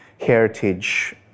heritage